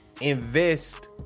invest